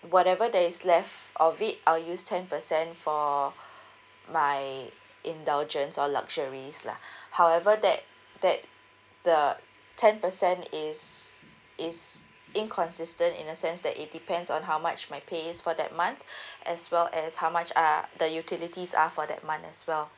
whatever that is left of it I'll use ten percent for my indulgence or luxuries lah however that that the ten percent is is inconsistent in a sense that it depends on how much my pay is for that month as well as how much are the utilities are for that month as well